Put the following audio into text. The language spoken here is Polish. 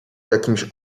jakimś